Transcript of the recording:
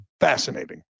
fascinating